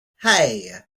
hey